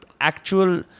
actual